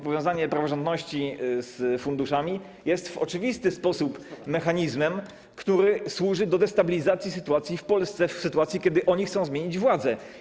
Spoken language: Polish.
Powiązanie praworządności z funduszami jest w oczywisty sposób mechanizmem, który służy do destabilizacji sytuacji w Polsce w realiach, kiedy oni chcą zmienić władzę.